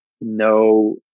No